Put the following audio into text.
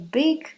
big